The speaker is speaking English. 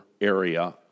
area